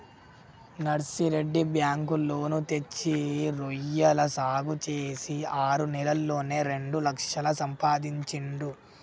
Narsireddy bank loan తెచ్చి రొయ్యల సాగు చేసి ఆరు నెలల్లోనే రెండు లక్షలు సంపాదించిండు